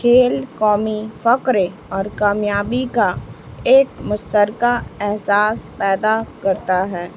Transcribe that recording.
کھیل قومی فکرے اور کامیابی کا ایک مسترکہ احساس پیدا کرتا ہے